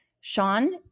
Sean